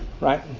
Right